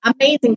amazing